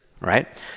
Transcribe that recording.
right